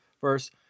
first